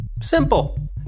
Simple